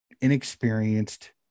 inexperienced